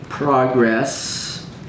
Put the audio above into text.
progress